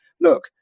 look